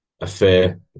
affair